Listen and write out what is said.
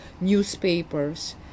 newspapers